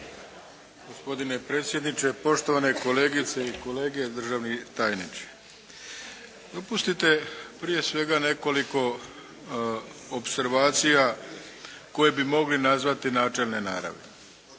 Gospodine predsjedniče, poštovane kolegice i kolege, državni tajniče. Dopustite prije svega nekoliko opservacija koje bi mogli nazvati načelne naravi.